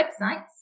websites